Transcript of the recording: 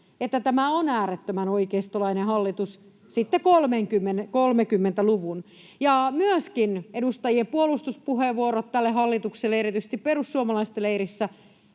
että tämä on äärettömän oikeistolainen hallitus, sitten 30-luvun. Myöskin edustajien puolustuspuheenvuorot tälle hallitukselle, erityisesti perussuomalaisten leirissä,